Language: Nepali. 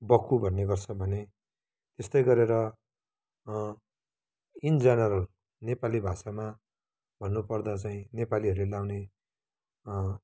बक्खु भन्ने गर्छ भने यस्तै गरेर इन जेनेरल नेपाली भाषामा भन्नु पर्दा चाहिँ नेपालीहरूले लाउने